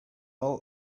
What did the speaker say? all